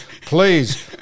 please